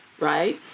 right